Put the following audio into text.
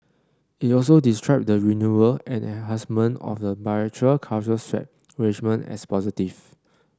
it also described the renewal and enhancement of the bilateral currency swap arrangement as positive